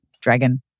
dragon